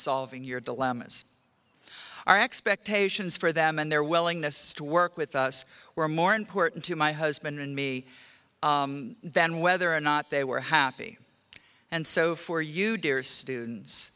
solving your dilemmas our expectations for them and their willingness to work with us were more important to my husband and me than whether or not they were happy and so for you dear students